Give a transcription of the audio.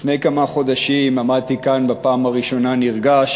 לפני כמה חודשים עמדתי כאן בפעם הראשונה נרגש